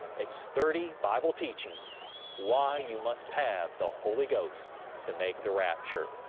it's thirty bible teachings why you must have the holy ghost to make the rapture.